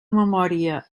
memòria